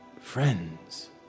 friends